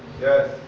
Yes